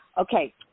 Okay